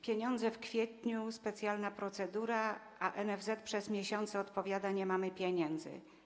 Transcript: Pieniądze w kwietniu, specjalna procedura, a NFZ przez miesiące odpowiada: nie mamy pieniędzy.